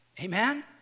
Amen